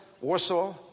Warsaw